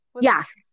Yes